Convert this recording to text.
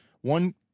One